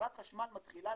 וחברת חשמל מתחילה